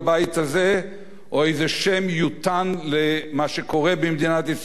או איזה שם יותן למה שקורה במדינת ישראל אם יסתבר